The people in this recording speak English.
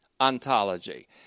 ontology